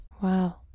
Wow